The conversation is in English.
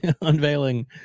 unveiling